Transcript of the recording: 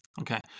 Okay